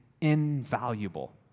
invaluable